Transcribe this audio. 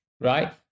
right